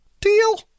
Deal